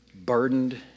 burdened